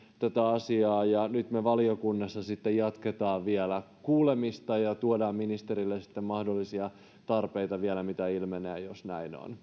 tätä asiaa nyt me sitten valiokunnassa jatkamme vielä kuulemista ja tuomme ministerille sitten mahdollisia tarpeita mitä vielä ilmenee jos näin on